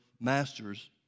masters